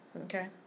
Okay